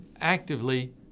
actively